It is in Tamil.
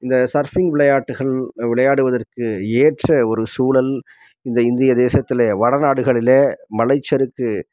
இந்த சர்ஃபிங் விளையாட்டுகள் விளையாடுவதற்கு ஏற்ற ஒரு சூழல் இந்த இந்திய தேசத்தில் வடநாடுகளிலே மலைச்சறுக்கு